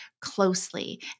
closely